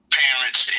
parents